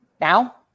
Now